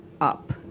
up